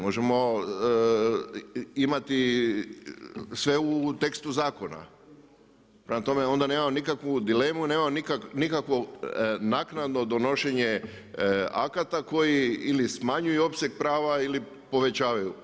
Možemo imati sve u tekstu zakona, prema tome onda nemamo nikakvu dilemu nemamo nikakvo naknadno donošenje akata koji ili smanjuju opseg prava ili povećavaju.